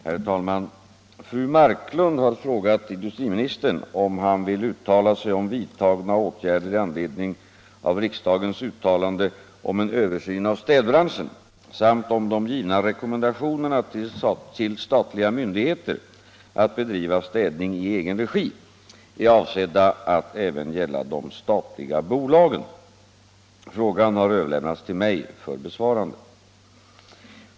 Herr talman! Fru Marklund har frågat industriministern om han vill uttala sig om vidtagna åtgärder i anledning av riksdagens uttalande om en översyn av städbranschen samt om de givna rekommendationerna till statliga myndigheter att bedriva städning i egen regi är avsedda att även gälla de statliga bolagen. Frågan har överlämnats till mig för besvarande.